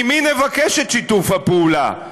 ממי נבקש את שיתוף הפעולה?